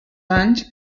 anys